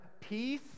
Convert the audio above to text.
peace